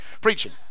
Preaching